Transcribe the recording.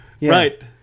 right